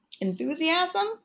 enthusiasm